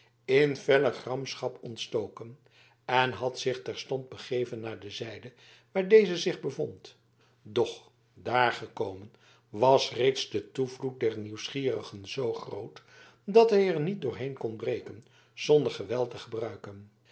in felle gramschap ontstoken en had zich terstond begeven naar de zijde waar deze zich bevond doch daar gekomen was reeds de toevloed der nieuwsgierigen zoo groot dat hij er niet doorheen kon breken zonder geweld te gebruiken